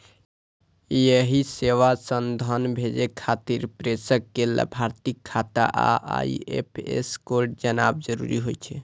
एहि सेवा सं धन भेजै खातिर प्रेषक कें लाभार्थीक खाता आ आई.एफ.एस कोड जानब जरूरी होइ छै